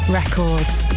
records